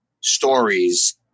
stories